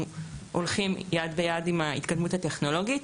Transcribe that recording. הולכים יד ביד עם ההתקדמות הטכנולוגית.